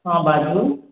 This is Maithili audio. हँ बाजू